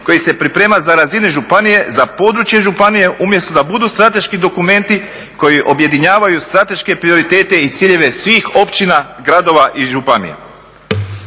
koji se priprema na razini županije za područje županije, umjesto da budu strateški dokumenti koji objedinjavaju strateške prioritete i ciljeve svih općina, gradova i županija.